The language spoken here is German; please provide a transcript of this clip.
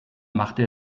machte